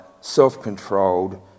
self-controlled